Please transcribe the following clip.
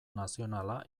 nazionala